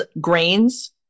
grains